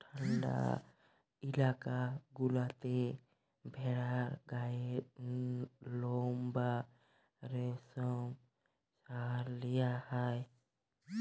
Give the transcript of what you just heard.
ঠাল্ডা ইলাকা গুলাতে ভেড়ার গায়ের লম বা রেশম সরাঁয় লিয়া হ্যয়